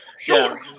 sure